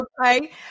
Okay